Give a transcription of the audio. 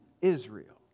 Israel